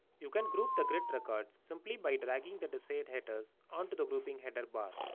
you can group the grid records simply by dragging the desired headers onto the grouping header bar.